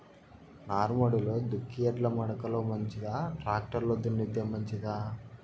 నారుమడిలో దుక్కి ఎడ్ల మడక లో మంచిదా, టాక్టర్ లో దున్నితే మంచిదా?